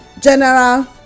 General